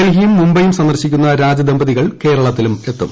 ഡൽഹിയും മുംബൈയും സന്ദർശിക്കുന്ന രാജ ദമ്പതികൾ കേരളത്തിലുമെത്തും